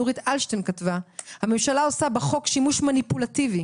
נורית אלשטיין כתבה: "הממשלה עושה בחוק שימוש מניפולטיבי